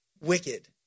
wicked